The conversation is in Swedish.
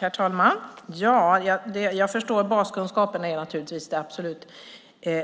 Herr talman! Jag förstår att baskunskaperna naturligtvis är det absolut